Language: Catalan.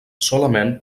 solament